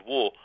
War